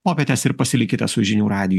popietės ir pasilikite su žinių radiju